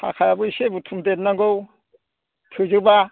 थाखायाबो एसे बुथुम देरनांगौ थोजोबा